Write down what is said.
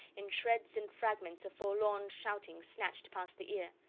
in shreds and fragments of forlorn shouting snatched past the ear.